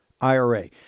IRA